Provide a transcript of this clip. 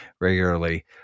regularly